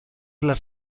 las